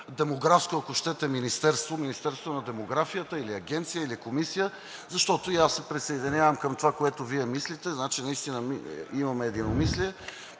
демографско, ако щете министерство – министерство на демографията, или агенция, или комисия, защото и аз се присъединявам към това, което Вие мислите. Значи наистина имаме единомислие